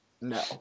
No